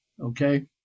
Okay